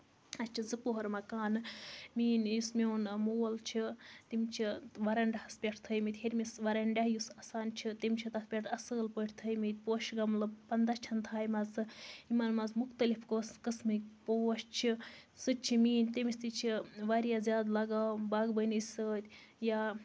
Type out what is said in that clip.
اَسہِ چھُ زٕ پوہَر مَکانہٕ میٛٲنۍ یُس میٛون مول چھُ تٔمۍ چھُ وَرانٛڈَہَس پیٚٹھ تھٲومٕتۍ ہیٚرمِس وَرانٛڈاہ یُس آسان چھُ تٔمۍ چھُ تَتھ پیٚٹھ اَصٕل پٲٹھۍ تھٲومٕتۍ پوشہٕ گَملہٕ پَنٛداہ چھِن تھاومَژٕ یِمن منٛز مُختٔلِف قسمٕکۍ پوش چھِ سُہ تہِ چھُ میٛٲنۍ تٔمِس تہِ چھِ واریاہ زیادٕ لَگاو باغبٲنۍ سۭتۍ یا